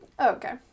okay